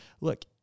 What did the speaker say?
look